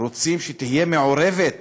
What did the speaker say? רוצים שהיא תהיה מעורבת